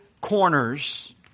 corners